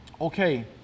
Okay